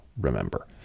remember